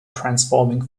transforming